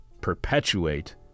perpetuate